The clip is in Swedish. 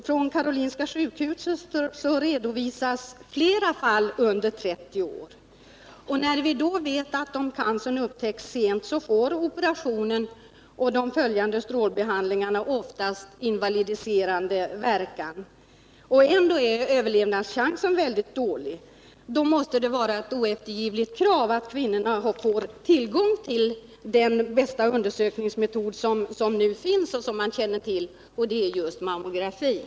Från Karolinska sjukhuset redovisas flera fall under 30 år. Vi vet att om cancern upptäcks sent får operationen och de efterföljande strålbehandlingarna oftast invalidiserande verkan och ändå är överlevnadschansen mycket dålig. Det måste då vara ett oeftergivligt krav att kvinnorna får tillgång till den bästa undersökningsmetod som man nu känner till, och det är just mammografin.